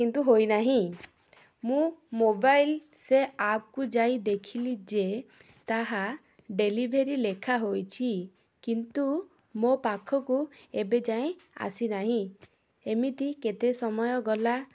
କିନ୍ତୁ ହୋଇନାହିଁ ମୁଁ ମୋବାଇଲ୍ ସେ ଆପ୍କୁ ଯାଇ ଦେଖିଲି ଯେ ତାହା ଡେଲିଭରି ଲେଖା ହୋଇଛି କିନ୍ତୁ ମୋ ପାଖକୁ ଏବେ ଯାଏଁ ଆସିନାହିଁ ଏମିତି କେତେ ସମୟ ଗଲା